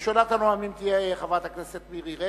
ראשונת הנואמים תהיה חברת הכנסת מירי רגב,